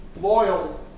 loyal